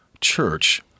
church